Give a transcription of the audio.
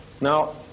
Now